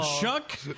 Chuck